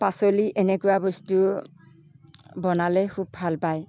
পাচলি এনেকুৱা বস্তু বনালে খুব ভাল পায়